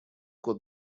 кот